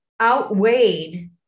outweighed